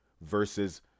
versus